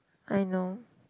I know